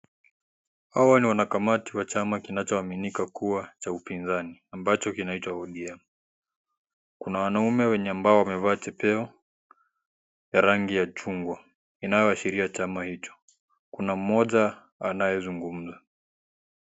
Hawa ni wanakamati wanaoaminika kuwa wa chama cha upinzani, ambacho kinaitwa ODM. Kuna wanaume wenye ambao wamevaa chepeo ya rangi ya chungwa. Inayoashiria chama hicho. Kuna mmoja anayezungumza.